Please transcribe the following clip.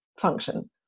function